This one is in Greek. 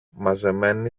μαζεμένη